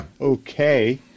okay